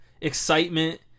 excitement